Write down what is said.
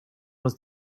was